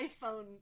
iPhone